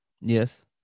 Yes